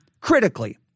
Critically